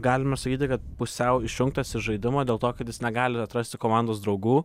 galime sakyti kad pusiau išjungtas iš žaidimo dėl to kad jis negali atrasti komandos draugų